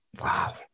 Wow